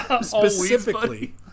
Specifically